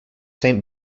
saint